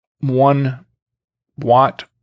one-watt